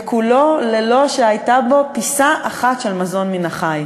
וכולו ללא שהייתה בו פיסה אחת של מזון מן החי.